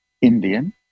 indian